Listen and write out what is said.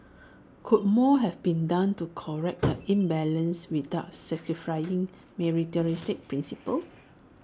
could more have been done to correct the imbalance without sacrificing meritocratic principles